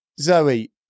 Zoe